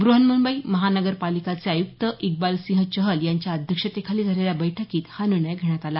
बृहन्मुंबई महानगर पालिकाचे आयुक्त इकबाल सिंह चहल यांच्या अध्यक्षतेखाली झालेल्या बैठकीत हा निर्णय घेण्यात आला